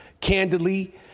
candidly